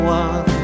one